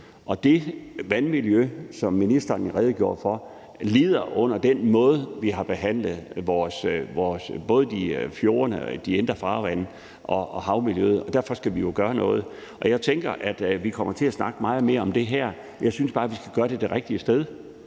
Det vandmiljø, som ministeren redegjorde for, lider under den måde, vi har behandlet både vores fjorde, indre farvande og havmiljøet på, og derfor skal vi jo gøre noget. Jeg tænker, at vi kommer til at snakke meget mere om det her. Jeg synes bare, vi skal gøre det det rigtige sted.